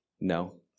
No